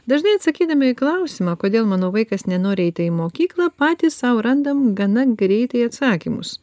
dažnai atsakydami į klausimą kodėl mano vaikas nenori eiti į mokyklą patys sau randam gana greitai atsakymus